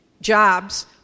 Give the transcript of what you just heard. jobs